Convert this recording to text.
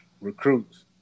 recruits